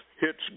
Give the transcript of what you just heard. hits